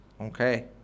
Okay